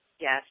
yes